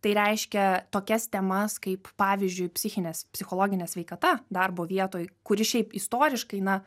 tai reiškia tokias temas kaip pavyzdžiui psichinės psichologinė sveikata darbo vietoj kuri šiaip istoriškai na